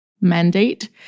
mandate